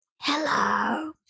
Hello